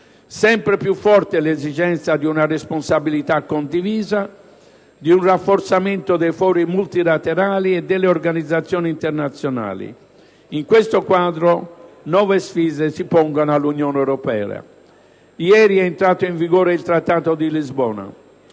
Sempre più forte è l'esigenza di una responsabilità condivisa, di un rafforzamento dei fori multilaterali e delle organizzazioni internazionali. In questo quadro, nuove sfide si pongono all'Unione europea. Ieri è entrato in vigore il Trattato di Lisbona;